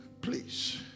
Please